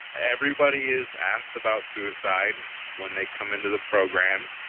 everybody is asked about suicide when they come into the program.